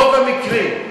רוב המקרים.